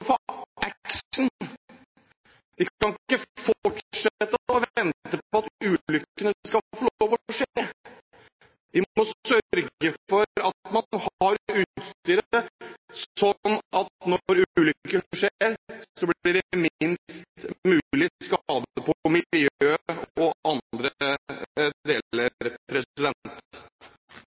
vi må få action. Vi kan ikke fortsette å vente på at ulykkene skal få lov å skje. Vi må sørge for at man har utstyret sånn at når ulykken skjer, blir det minst mulig skade på miljøet og andre